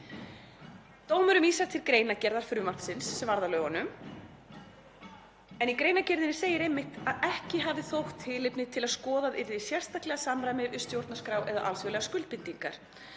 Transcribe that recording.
Dómurinn vísar til greinargerðar frumvarpsins sem varð að lögunum en í greinargerðinni segir einmitt að ekki hafi þótt tilefni til að skoðað yrði sérstaklega samræmi við stjórnarskrá eða alþjóðlegar skuldbindingar.